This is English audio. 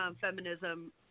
feminism